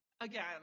Again